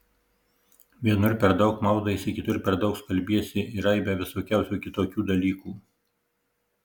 vienur per daug maudaisi kitur per daug skalbiesi ir aibę visokiausių kitokių dalykų